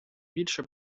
більше